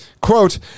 Quote